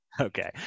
Okay